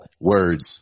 words